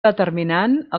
determinant